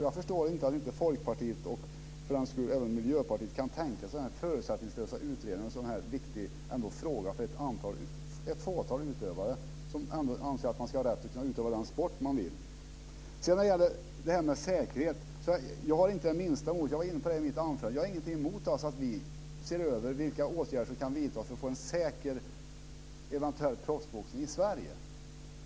Jag förstår inte att inte Folkpartiet, och för den delen även Miljöpartiet, inte kan tänka sig en förutsättningslös utredning av en sådan här viktig fråga för ett fåtal utövare, som ändå anser att man ska ha rätt att utöva den sport man vill. Som jag var inne på i mitt anförande har jag ingenting emot att vi ser över vilka åtgärder som kan vidtas för att få en säker eventuell proffsboxning i Sverige.